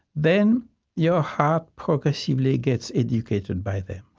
then your heart progressively gets educated by them.